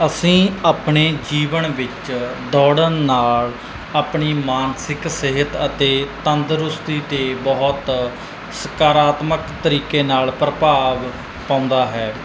ਅਸੀਂ ਆਪਣੇ ਜੀਵਨ ਵਿੱਚ ਦੌੜਨ ਨਾਲ ਆਪਣੀ ਮਾਨਸਿਕ ਸਿਹਤ ਅਤੇ ਤੰਦਰੁਸਤੀ 'ਤੇ ਬਹੁਤ ਸਕਾਰਾਤਮਕ ਤਰੀਕੇ ਨਾਲ ਪ੍ਰਭਾਵ ਪਾਉਂਦਾ ਹੈ